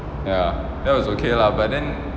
ya that was okay lah but then